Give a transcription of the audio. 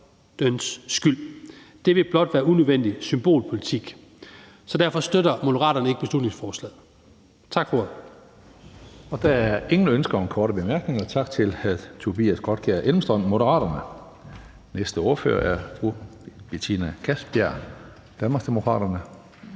skyld. Det ville blot være unødvendig symbolpolitik. Derfor støtter Moderaterne ikke beslutningsforslaget. Tak for ordet. Kl. 17:19 Tredje næstformand (Karsten Hønge): Der er ingen ønsker om korte bemærkninger. Tak til hr. Tobias Grotkjær Elmstrøm, Moderaterne. Næste ordfører er fru Betina Kastbjerg, Danmarksdemokraterne.